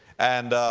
and,